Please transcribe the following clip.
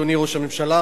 אדוני ראש הממשלה,